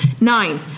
Nine